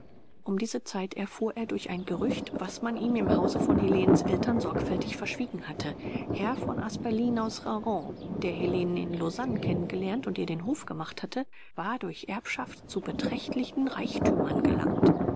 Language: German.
um diese zeit erfuhr er durch ein gerücht was man ihm im hause von helenens eltern sorgfältig verschwiegen hatte herr von asperlin aus raron der helenen in lausanne kennen gelernt und ihr den hof gemacht hatte war durch erbschaft zu beträchtlichen reichtümern gelangt